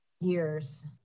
years